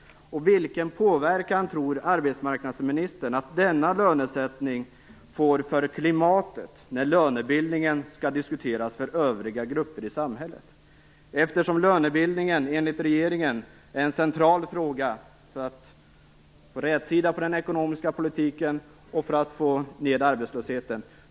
Vilken påverkan tror arbetsmarknadsministern att denna lönesättning får för klimatet när lönebildningen skall diskuteras för övriga grupper i samhället? Enligt regeringen är lönebildningen en central fråga för att få rätsida på den ekonomiska politiken och för att få ned arbetslösheten.